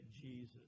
Jesus